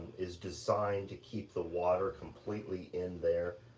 is designed to keep the water completely in there.